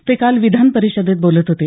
ते काल विधान परिषदेत बोलत होते